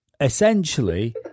essentially